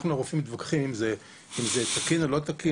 אנחנו הרופאים מתווכחים אם זה תקין או לא תקין